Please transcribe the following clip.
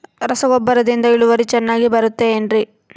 ರಸಗೊಬ್ಬರದಿಂದ ಇಳುವರಿ ಚೆನ್ನಾಗಿ ಬರುತ್ತೆ ಏನ್ರಿ?